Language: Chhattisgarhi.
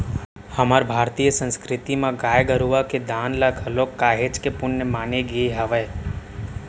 हमर भारतीय संस्कृति म गाय गरुवा के दान ल घलोक काहेच के पुन्य माने गे हावय